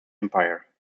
empire